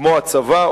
כמו הצבא,